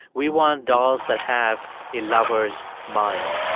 we want dolls that have a lover's mind.